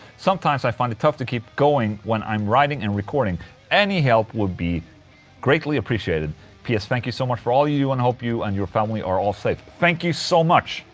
sometimes i find it tough to keep going when i'm writing and recording any help would be greatly appreciated ps. thank you so much for all you do, and hope you and your family are all safe thank you so much,